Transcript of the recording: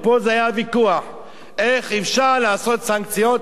סנקציות, פה היה הוויכוח, איך אפשר לעשות סנקציות.